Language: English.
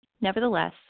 Nevertheless